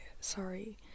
sorry